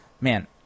Man